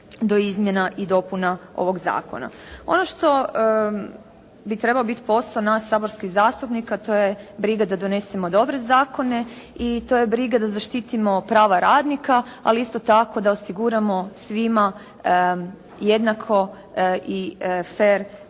do izmjena i dopuna ovog zakona. Ono što bi trebao biti posao nas saborskih zastupnika to je briga da donesemo dobre zakone i to je briga da zaštitimo prava radnika, ali isto tako da osiguramo svima jednako i fer